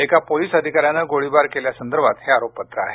एका पोलीस अधिकाऱ्यानं गोळीबार केल्यासंदर्भात हे आरोपपत्र आहे